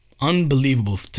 Unbelievable